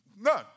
None